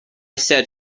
said